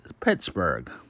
Pittsburgh